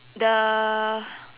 the